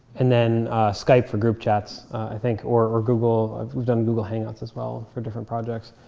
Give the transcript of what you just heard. and then skype for group chats, i think. or or google we've done google hangouts as well for different projects.